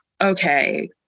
okay